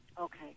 Okay